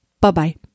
Bye-bye